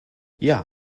yeah